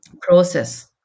process